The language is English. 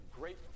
great